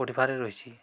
ପଡ଼ିବାରରେ ରହିଛି